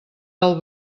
del